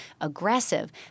aggressive